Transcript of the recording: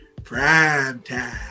Primetime